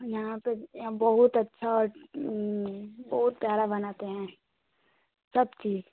यहाँ पर अँ बहुत अच्छा और बहुत सारा बनाते हैं सब चीज